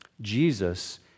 Jesus